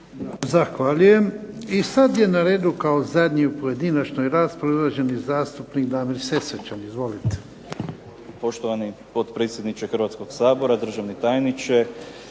Zahvaljujem. I sada je na redu kao zadnji u pojedinačnoj raspravi, uvaženi zastupnik Damir SEsvečan. Izvolite.